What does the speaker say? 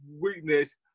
weakness